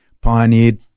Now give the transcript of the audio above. pioneered